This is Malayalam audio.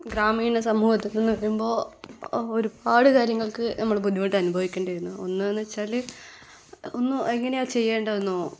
ഗ്രാമീണ സമൂഹത്തിൽനിന്ന് വരുമ്പോൾ ഒരുപാട് കാര്യങ്ങൾക്ക് നമ്മൾ ബുദ്ധിമുട്ടനുഭവിക്കേണ്ടി വരുന്നു ഒന്നെന്ന് വെച്ചാൽ ഒന്ന് എങ്ങനെയാ ചെയ്യേണ്ടതെന്നോ